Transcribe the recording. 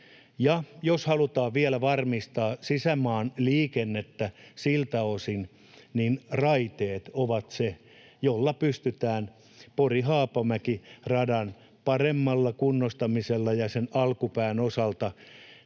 Jos halutaan vielä varmistaa sisämaan liikennettä siltä osin, niin raiteet ovat se, jolla pystytään varmistamaan. Pori—Haapamäki-radan parempi kunnostaminen ja sen alkupään osalta